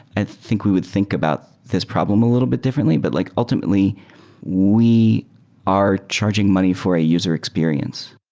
i think we would think about this problem a little bit differently, but like ultimately we are charging money for a user experience.